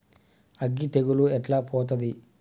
అగ్గి తెగులు ఎట్లా పోతది?